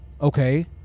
okay